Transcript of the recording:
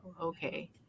okay